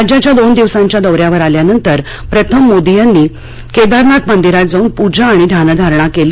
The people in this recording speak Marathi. राज्याच्या दोन दिवसांच्या दौऱ्यावर आल्यानंतर प्रथम मोदी यांनी केदारनाथ मंदिरात जाऊन पूजा आणि ध्यानधारणा केली